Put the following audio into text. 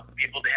people